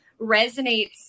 resonates